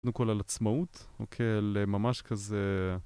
קודם כל על עצמאות, אוקיי? לממש כזה...